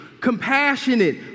compassionate